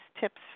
tips